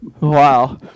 Wow